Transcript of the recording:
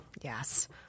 Yes